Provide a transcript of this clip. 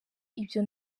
ibyo